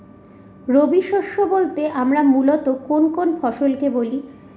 রবি শস্য বলতে আমরা মূলত কোন কোন ফসল কে বলি?